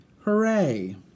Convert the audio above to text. Hooray